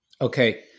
Okay